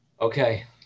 Okay